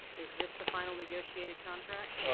is this the final negotiated contract?